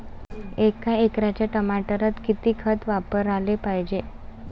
एका एकराच्या टमाटरात किती खत वापराले पायजे?